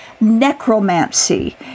necromancy